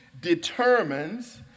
determines